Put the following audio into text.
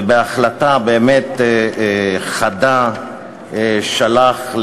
ובהחלטה באמת חדה שלח,